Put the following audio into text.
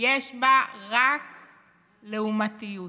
יש בה רק לעומתיות.